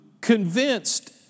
convinced